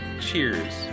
Cheers